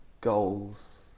goals